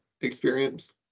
experience